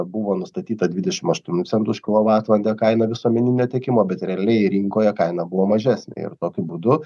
buvo nustatyta dvidešim aštuonių centų už kilovatvalandę kaina visuomeninio tiekimo bet realiai rinkoje kaina buvo mažesnė ir tokiu būdu